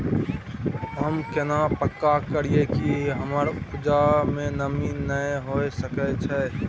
हम केना पक्का करियै कि हमर उपजा में नमी नय होय सके छै?